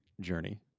journey